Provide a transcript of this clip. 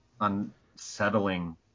unsettling